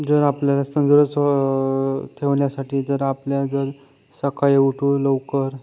जर आपल्याला ठेवण्यासाठी जर आपल्या जर सकाळी उठून लवकर